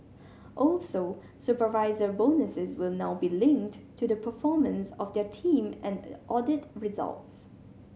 also supervisor bonuses will now be linked to the performance of their team and audit results